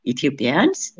Ethiopians